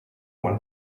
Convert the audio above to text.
want